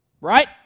Right